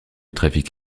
trafic